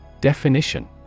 Definition